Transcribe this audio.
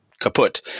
kaput